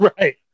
right